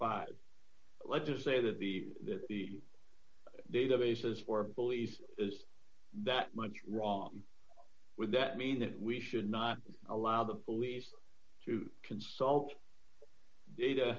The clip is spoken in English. five let's just say that the that the databases for police is that much wrong with that mean that we should not allow the police to consult data